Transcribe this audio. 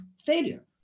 failure